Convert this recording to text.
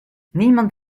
niemand